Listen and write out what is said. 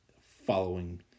Following